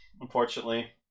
unfortunately